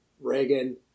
Reagan